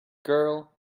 girl